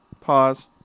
Pause